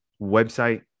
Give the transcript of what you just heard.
website